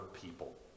people